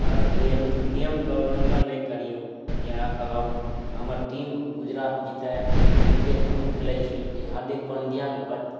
आर नियमके उल्लंघन नहि करियौ इएह कहब हमर टीम गुजरात जीतै क्रिकेट हमहुँ खेलाइ छी हार्दिक पांड्या